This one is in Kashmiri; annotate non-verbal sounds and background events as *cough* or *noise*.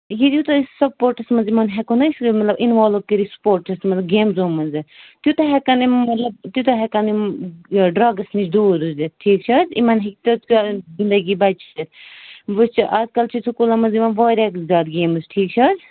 *unintelligible* تۄہہِ سپوٹَس منٛز یِمَن ہٮ۪کو نَہ أسۍ مطلب اِنوالٕو کٔرِتھ سٕپوٹٕس مطلب گیمزو منٛزٕ تیوٗتاہ ہٮ۪کَن یِم مطلب تیوٗتاہ ہٮ۪کَن یِم ڈرٛگٕس نِش دوٗر روٗزِتھ ٹھیٖک چھِ حظ یِمَن ہٮ۪کہِ *unintelligible* زنٛدگی *unintelligible* وٕچھ آز کَل چھِ سکوٗلَن منٛز یِوان واریاہ زیادٕ گیمٕز ٹھیٖک چھِ حظ